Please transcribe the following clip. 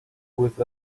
with